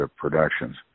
productions